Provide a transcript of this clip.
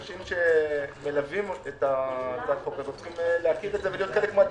אנשים שמלווים את החוק צריכים להיות חלק מהדיון.